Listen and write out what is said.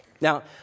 Now